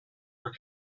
were